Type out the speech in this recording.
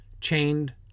chained